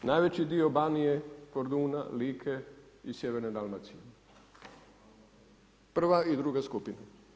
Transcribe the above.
Najveći dio Banije, Korduna, Like i Sjeverne Dalmacije prva i druga skupina.